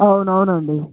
అవును అవునండి